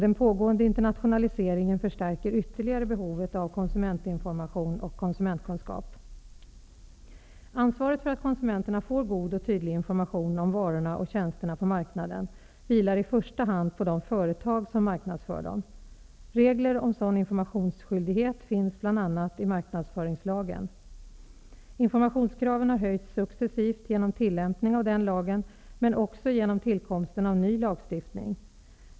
Den pågående internationaliseringen förstärker ytterligare behovet av konsumentinformation och konsumentkunskap. Ansvaret för att konsumenterna får god och tydlig information om varorna och tjänsterna på marknaden vilar i första hand på de företag som marknadsför dem. Regler om sådan informationsskyldighet finns bl.a. i marknadsföringslagen . Informationskraven har successivt höjts genom tillämpning av den lagen men också genom tillkomsten av ny lagstiftning.